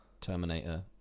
Terminator